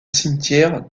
cimetière